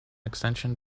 extension